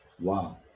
Wow